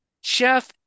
Chef